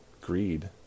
Greed